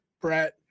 Brett